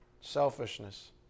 Selfishness